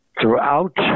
Throughout